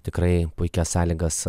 tikrai puikias sąlygas